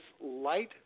light